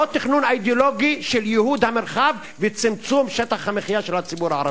לא תכנון אידיאולוגי של ייהוד המרחב וצמצום שטח המחיה של הציבור הערבי.